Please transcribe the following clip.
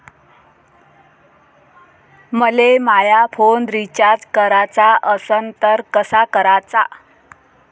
मले माया phone recharge कराचा असन तर कसा कराचा?